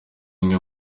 imwe